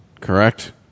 Correct